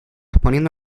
poniendo